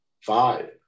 Five